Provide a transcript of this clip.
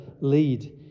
lead